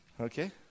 Okay